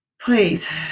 Please